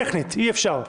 טכנית אי-אפשר.